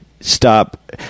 Stop